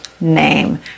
name